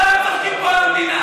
יהיה לך אומץ לעמוד מול הבנקים?